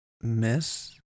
miss